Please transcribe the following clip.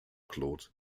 claude